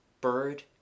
bird